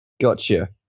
Gotcha